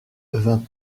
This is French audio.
vingt